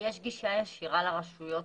יש גישה ישירה לרשויות